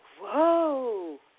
whoa